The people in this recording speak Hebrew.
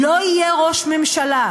לא הוא יהיה ראש ממשלה.